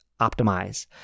optimize